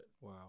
Wow